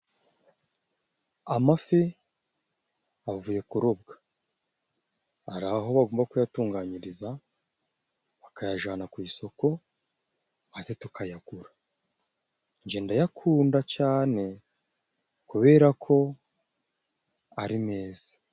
Amafi avuye kurobwa hari aho bagomba kuyatunganyiriza, bakayajana ku isoko maze tukayagura nje ndayakunda cane kubera ko ari meza.